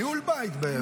ניהול בית.